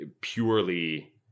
purely